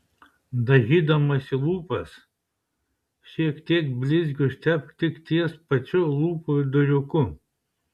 dažydamasi lūpas šiek tiek blizgio užtepk tik ties pačiu lūpų viduriuku